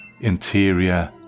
interior